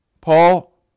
Paul